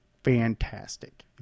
Fantastic